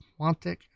Quantic